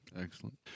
Excellent